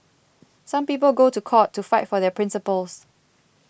some people go to court to fight for their principles